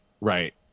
Right